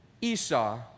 Esau